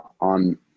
on